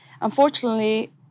Unfortunately